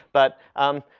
but um,